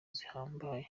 zihambaye